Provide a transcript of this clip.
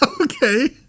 okay